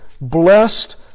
Blessed